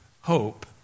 hope